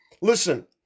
Listen